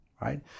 right